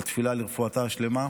לתפילה לרפואתה השלמה.